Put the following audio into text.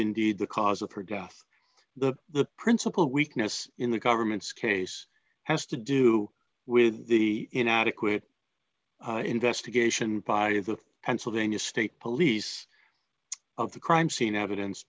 indeed the cause of her death the the principal weakness in the government's case has to do with the inadequate investigation by the pennsylvania state police of the crime scene evidence